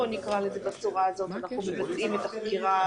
בצורה הזאת אנחנו מבצעים את החקירה